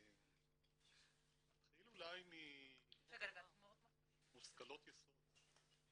נתחיל אולי ממושכלות יסוד.